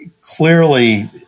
Clearly